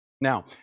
Now